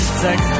sex